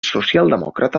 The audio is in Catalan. socialdemòcrata